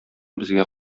безгә